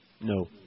No